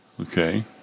Okay